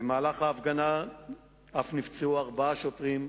במהלך ההפגנה אף נפצעו ארבעה שוטרים,